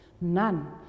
None